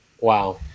Wow